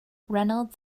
reynolds